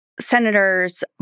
Senators